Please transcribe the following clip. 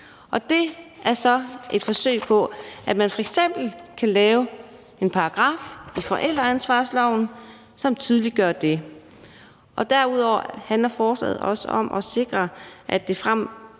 Det er så et forsøg på, at man f.eks. kan lave en paragraf i forældreansvarsloven, som tydeliggør det. Derudover handler forslaget også om at sikre, at det fremover